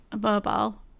mobile